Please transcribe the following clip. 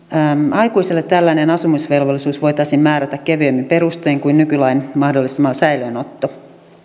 aikuiselle tällainen asumisvelvollisuus voitaisiin määrätä kevyemmin perustein kuin nykylain mahdollistama säilöönotto